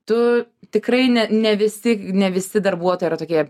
tu tikrai ne ne visi ne visi darbuotojai yra tokie